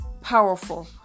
powerful